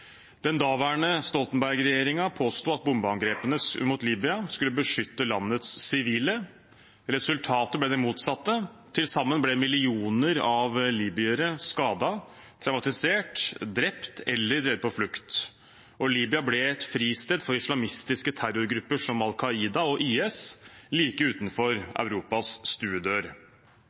Den daværende regjeringen, Stoltenberg-regjeringen, påsto at bombeangrepene mot Libya skulle beskytte landets sivile. Resultatet ble det motsatte. Til sammen ble millioner av libyere skadet, traumatisert, drept eller drevet på flukt, og Libya ble et fristed for islamistiske terrorgrupper som Al Qaida og IS like utenfor Europas stuedør.